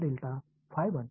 five 1